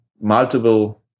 multiple